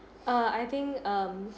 uh I think um